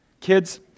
Kids